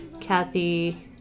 Kathy